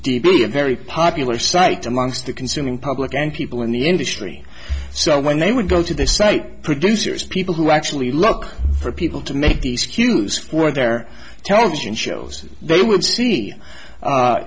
a very popular site amongst the consuming public and people in the industry so when they would go to the site producers people who actually look for people to make these cues for their television shows they would see